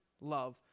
love